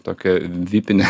tokia vipinė